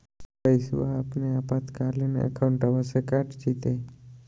पैस्वा अपने आपातकालीन अकाउंटबा से कट जयते?